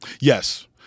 Yes